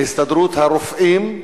להסתדרות הרופאים,